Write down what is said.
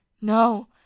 no